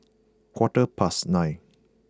quarter past nine